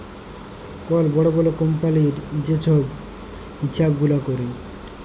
call বড় বড় কম্পালির যে ছব হিছাব গুলা ক্যরে